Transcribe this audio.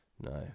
no